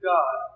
God